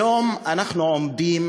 היום אנחנו עומדים